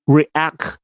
react